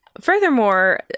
Furthermore